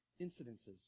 incidences